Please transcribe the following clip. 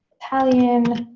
italian